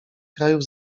krajów